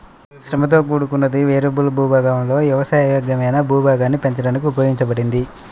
శ్రమతో కూడుకున్నది, వేరియబుల్ భూభాగాలలో వ్యవసాయ యోగ్యమైన భూభాగాన్ని పెంచడానికి ఉపయోగించబడింది